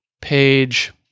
page